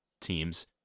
teams